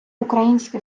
українське